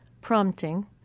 prompting